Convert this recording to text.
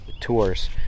tours